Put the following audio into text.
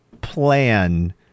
plan